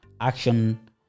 action